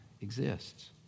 exists